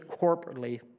corporately